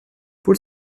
paul